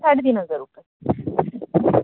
साडे तीन हजार रुपये